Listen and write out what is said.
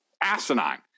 asinine